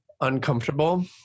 uncomfortable